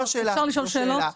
זו שאלה.